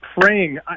praying